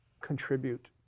contribute